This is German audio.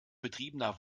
betriebener